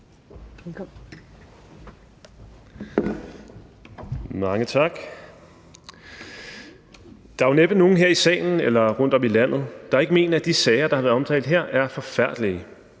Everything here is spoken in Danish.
Mange tak. Der er jo næppe nogen her i salen eller rundt om i landet, der ikke mener, at de sager, der har været omtalt her, er forfærdelige.